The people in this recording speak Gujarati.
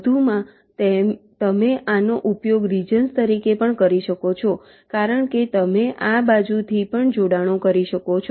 વધુમાં તમે આનો ઉપયોગ રિજન્સ તરીકે પણ કરી શકો છો કારણ કે તમે આ બાજુથી પણ જોડાણો કરી શકો છો